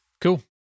Cool